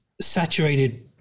saturated